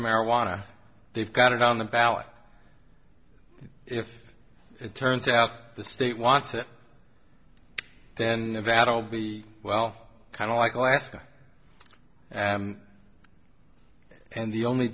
marijuana they've got it on the ballot if it turns out the state wants to then vattel be well kind of like alaska and the only